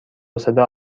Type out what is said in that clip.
صدا